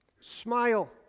Smile